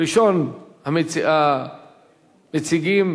ראשון המציגים